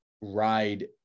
ride